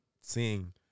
seeing